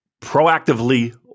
proactively